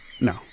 No